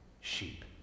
sheep